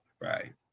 Right